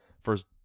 first